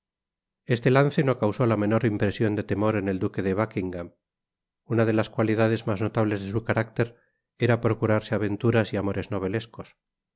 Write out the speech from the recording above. este lance no causó la menor impresion de temor en el duque de buckingam una de las cualidades mas notables de su carácter era procurarse aventuras y amores novelescos